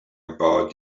about